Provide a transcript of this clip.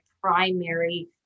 primary